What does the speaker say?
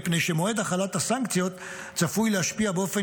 מפני שמועד החלת הסנקציות צפוי להשפיע באופן